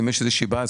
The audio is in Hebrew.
אם יש איזו שהיא בעיה,